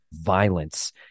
violence